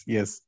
Yes